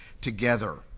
together